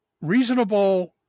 reasonable